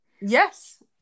yes